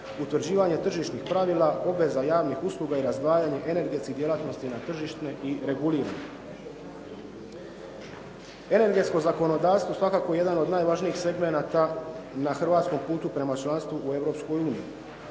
utvrđivanje tržišnih pravila, obveza javnih usluga i razdvajanje energetskih djelatnosti na tržišne i regulirane. Energetsko zakonodavstvo svakako je jedan od najvažnijih segmenata na hrvatskom putu prema članstvu u